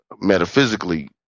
metaphysically